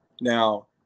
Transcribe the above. now